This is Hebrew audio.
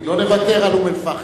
לא נוותר על אום-אל-פחם.